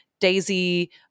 Daisy